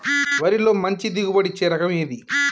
వరిలో మంచి దిగుబడి ఇచ్చే రకం ఏది?